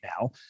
now